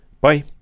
Bye